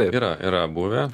yra yra buvę